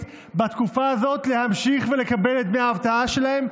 בתקופה הזאת להמשיך ולקבל את דמי האבטלה שלהם,